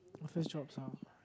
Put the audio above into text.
office jobs are